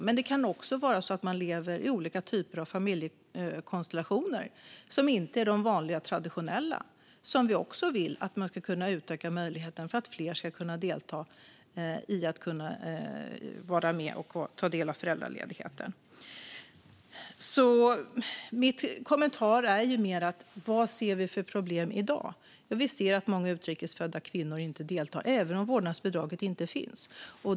Men det kan också vara så att man lever i olika typer av familjekonstellationer som inte är de vanliga traditionella. Det är också något man ska kunna utöka möjligheten för och låta fler kunna delta i och ta del av föräldraledigheten. Min kommentar är mer: Vad ser vi för problem i dag? Vi ser att många utrikes födda kvinnor inte deltar även om vårdnadsbidraget inte finns.